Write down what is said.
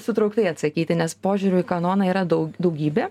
sutrauktai atsakyti nes požiūrių į kanoną yra daug daugybė